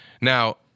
Now